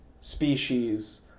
species